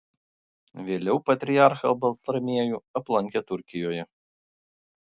vėliau patriarchą baltramiejų aplankė turkijoje